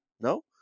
no